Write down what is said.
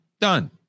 Done